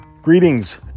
Greetings